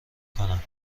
کنم